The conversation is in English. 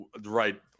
right